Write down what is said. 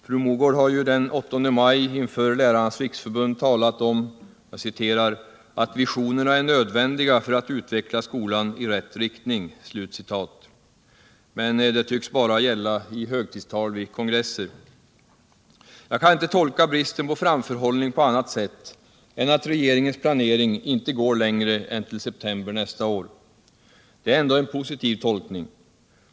Fru Mogård har ju den 8 maj inför Lärarnas riksförbund talat om att ”visionerna är nödvändiga för att utveckla skolan i rätt riktning”. Men det tycks bara gälla i högtidstal vid kongresser. Jag kan inte tolka bristen på framförhållning på annat sätt än att regeringens planering inte går längre än till september nästa år. Det är ändå en positiv tolkning.